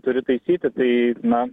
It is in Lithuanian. turi taisyti tai na